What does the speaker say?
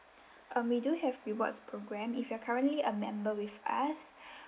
um we do have rewards programme if you are currently a member with us